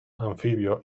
anfibios